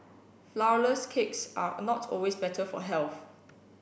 flour less cakes are not always better for health